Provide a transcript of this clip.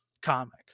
comic